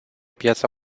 piața